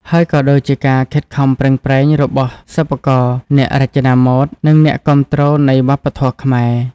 ហើយក៏ដូចជាការខិតខំប្រឹងប្រែងរបស់សិប្បករ អ្នករចនាម៉ូដ និងអ្នកគាំទ្រនៃវប្បធម៌ខ្មែរ។